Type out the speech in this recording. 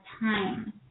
time